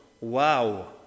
Wow